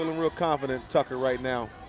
ah real confident, tucker right now.